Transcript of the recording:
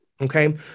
okay